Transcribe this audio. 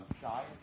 shy